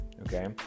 okay